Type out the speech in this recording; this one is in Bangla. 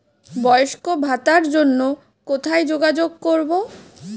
বয়স্ক ভাতার জন্য কোথায় যোগাযোগ করব?